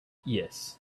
yes